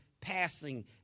passing